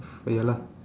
ya lah